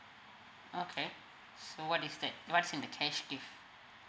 okay what is that what's in the cash gift